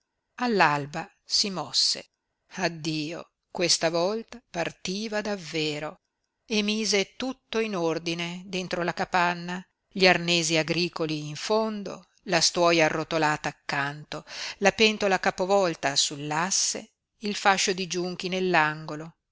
all'alba si mosse addio questa volta partiva davvero e mise tutto in ordine dentro la capanna gli arnesi agricoli in fondo la stuoia arrotolata accanto la pentola capovolta sull'asse il fascio di giunchi